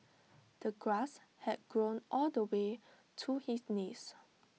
the grass had grown all the way to his knees